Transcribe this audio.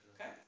Okay